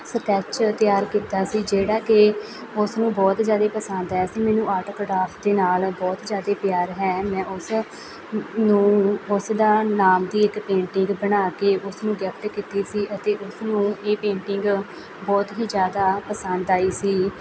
sketch ਤਿਆਰ ਕੀਤਾ ਸੀ ਜਿਹੜਾ ਕਿ ਉਸਨੂੰ ਬਹੁਤ ਜ਼ਿਆਦਾ ਪਸੰਦ ਆਇਆ ਸੀ ਮੈਨੂੰ ਆਟ ਕਟਾਫ ਦੇ ਨਾਲ ਬਹੁਤ ਜ਼ਿਆਦਾ ਪਿਆਰ ਹੈ ਮੈਂ ਉਸ ਨੂੰ ਉਸਦਾ ਨਾਮ ਦੀ ਇੱਕ ਪੇਂਟਿੰਗ ਬਣਾ ਕੇ ਉਸਨੂੰ ਗਿਫਟ ਕੀਤੀ ਸੀ ਅਤੇ ਉਸਨੂੰ ਇਹ ਪੇਂਟਿੰਗ ਬਹੁਤ ਹੀ ਜ਼ਿਆਦਾ ਪਸੰਦ ਆਈ ਸੀ